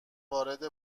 وارد